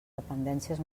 dependències